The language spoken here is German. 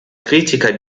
kritiker